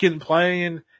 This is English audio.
playing